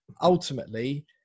ultimately